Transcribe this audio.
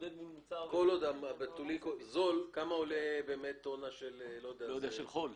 כמה עולה טון של חול?